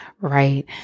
right